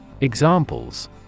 Examples